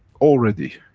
already,